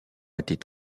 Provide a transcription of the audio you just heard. étaient